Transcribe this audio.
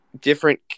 different